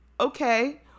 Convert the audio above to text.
okay